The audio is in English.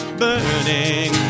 burning